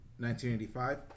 1985